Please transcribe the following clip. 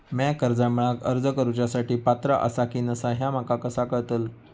म्या कर्जा मेळाक अर्ज करुच्या साठी पात्र आसा की नसा ह्या माका कसा कळतल?